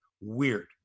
weird